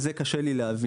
את זה קשה לי להבין.